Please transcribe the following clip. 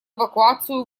эвакуацию